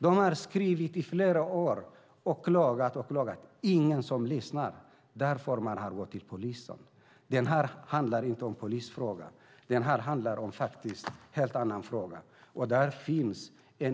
De har skrivit i flera år och klagat. Ingen lyssnar. Därför har man gått till polisen. Det här handlar inte om polisfrågan. Det här är en annan fråga. Vi har